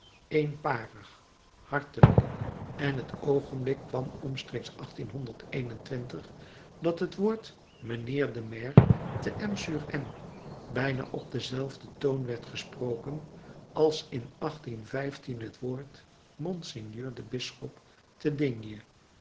eenparig hartelijk en het oogenblik kwam omstreeks dat het woord mijnheer de maire te m sur m bijna op denzelfden toon werd gesproken als in het woord monseigneur de bisschop te d